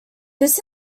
this